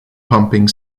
pumping